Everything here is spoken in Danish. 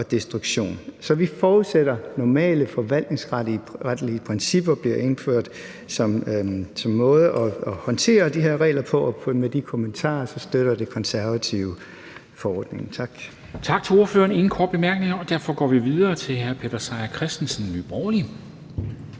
og destruktion. Så vi forudsætter, at normale forvaltningsretlige principper bliver indført som en måde at håndtere de her regler på, og med de kommentarer støtter De Konservative forordningen. Kl. 12:54 Formanden (Henrik Dam Kristensen): Tak til ordføreren. Der er ingen korte bemærkninger, og derfor går vi videre til hr. Peter Seier Christensen, Nye